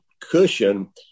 cushion